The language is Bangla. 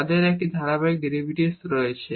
তাদের একটি ধারাবাহিক ডেরিভেটিভ রয়েছে